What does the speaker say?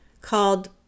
called